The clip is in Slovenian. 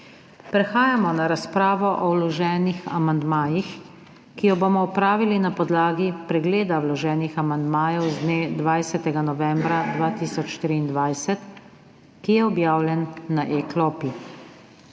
Prehajamo na razpravo o vloženih amandmajih, ki jo bomo opravili na podlagi pregleda vloženih amandmajev z dne 20. novembra 2023, ki je objavljen na e-klopi.